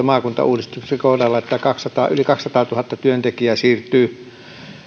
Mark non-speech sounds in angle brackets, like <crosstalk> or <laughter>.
<unintelligible> maakuntauudistuksen kohdalla että yli kaksisataatuhatta työntekijää siirtyy